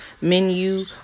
menu